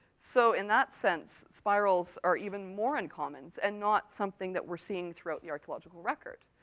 so, in that sense spirals are even more uncommon, and not something that we're seeing throughout the archaeological record.